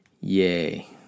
Yay